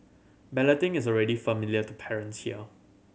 balloting is already familiar to parents here